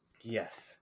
Yes